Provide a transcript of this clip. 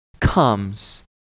comes